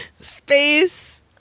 Space